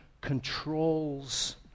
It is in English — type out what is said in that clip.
controls